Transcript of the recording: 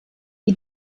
die